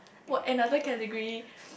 what another category